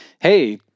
hey